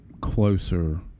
closer